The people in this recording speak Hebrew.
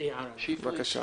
מה שמוצע